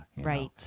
right